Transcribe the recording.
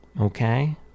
okay